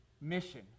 mission